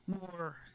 more